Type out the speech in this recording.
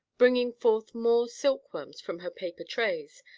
bringing forth more silkworms from her paper trays,